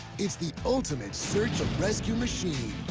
it's the ultimate search and rescue machine.